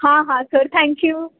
हां हां sir thank you